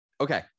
Okay